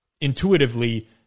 intuitively